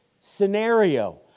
scenario